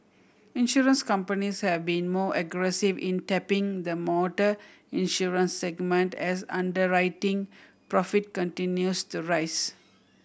insurance companies have been more aggressive in tapping the motor insurance segment as underwriting profit continues to rise